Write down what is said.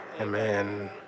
Amen